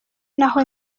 n’aho